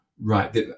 right